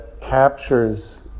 captures